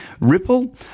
Ripple